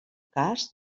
cas